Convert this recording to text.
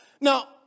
Now